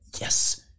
Yes